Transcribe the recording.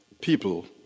people